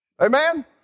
Amen